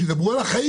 שידברו על החיים.